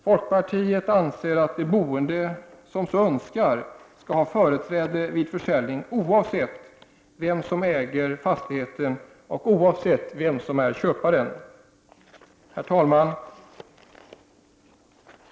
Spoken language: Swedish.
Folkpartiet anser att de boende som så önskar skall ha företräde vid försäljning, oavsett vem som äger fastigheten och oavsett vem som är köpare. Herr talman!